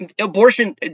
abortion